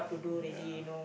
ya